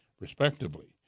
respectively